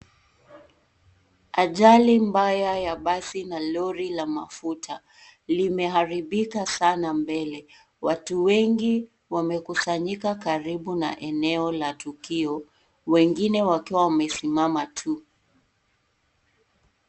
Ajali mbaya ya basi na lori la mafuta, limeharibika sana mbele. Watu wengi wamekusanyika karibu na eneo la tukio, wengine wakiwa wamesimama tu.